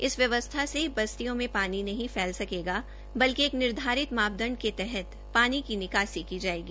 इस व्यवस्था से बस्तियों में पानी नही फैल सकेगा बल्कि एक निर्धारित मापदंड के तहत पानी की निकासी की जाएगी